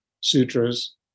Sutras